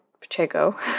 Pacheco